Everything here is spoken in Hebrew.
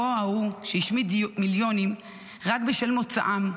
הרוע ההוא שהשמיד מיליונים רק בשל מוצאם,